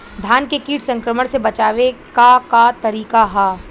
धान के कीट संक्रमण से बचावे क का तरीका ह?